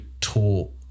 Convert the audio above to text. taught